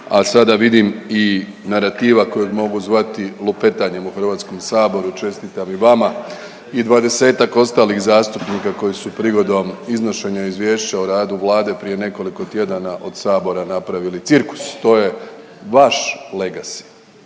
a sada vidim i narativa kojeg mogu zvati lupetanjem u Hrvatskom saboru. Čestitam i vama i 20-ak ostalih zastupnika koji su prigodom iznošenja Izvješća o radu Vlade prije nekoliko tjedana od sabora napravili cirkus. To je vaš legacy,